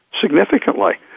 significantly